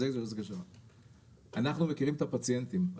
אנחנו מכירים את הפציינטים.